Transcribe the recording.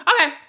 Okay